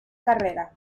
carrera